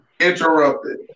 interrupted